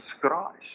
Christ